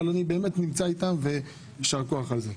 אבל אני נמצא איתם ויישר כוח על זה.